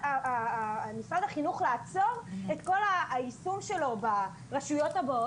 הילדים לא היו בזום,